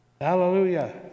Hallelujah